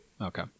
okay